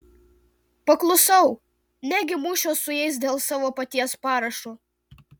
paklusau negi mušiuos su jais dėl savo paties parašo